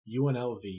UNLV